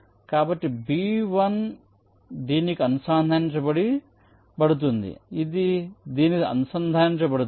కాబట్టి B1 దీనికి అనుసంధానించబడుతుంది ఇది దీనికి అనుసంధానించబడుతుంది